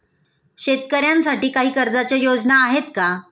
शेतकऱ्यांसाठी काही कर्जाच्या योजना आहेत का?